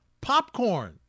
Popcorn